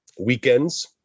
weekends